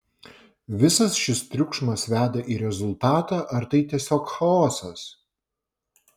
visas šis triukšmas veda į rezultatą ar tai tiesiog chaosas